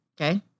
Okay